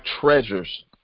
treasures